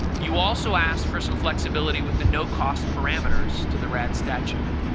you also asked for some flexibility with the no cost parameters to the rad statute.